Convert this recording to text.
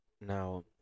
Now